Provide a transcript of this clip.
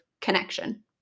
connection